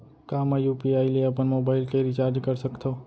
का मैं यू.पी.आई ले अपन मोबाइल के रिचार्ज कर सकथव?